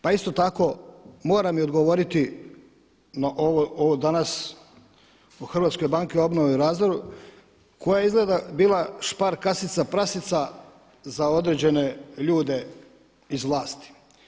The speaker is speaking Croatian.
Pa isto tako moram i odgovoriti na ovo danas o Hrvatskoj banci za obnovu i razvoj koja je izgleda bila špar kasica prasica za određene ljude iz vlasti.